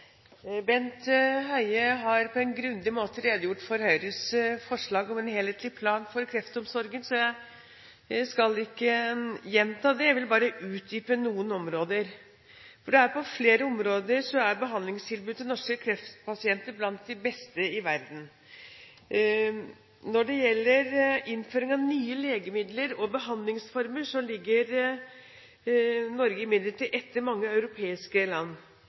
Bent Høie har på en grundig måte redegjort for Høyres forslag om en helhetlig plan for kreftomsorgen, så jeg skal ikke gjenta det, jeg vil bare utdype noen områder. På flere områder er behandlingstilbudet til norske kreftpasienter blant de beste i verden. Når det gjelder innføring av nye legemidler og behandlingsformer, ligger Norge imidlertid etter mange europeiske land.